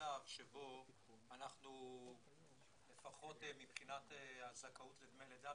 מצב שבו אנחנו לפחות מבחינת הזכאות לדמי לידה,